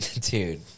Dude